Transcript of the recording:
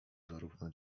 zarówno